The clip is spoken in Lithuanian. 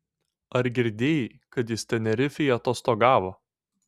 ar girdėjai kad jis tenerifėj atostogavo